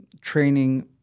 training